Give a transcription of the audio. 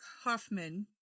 Hoffman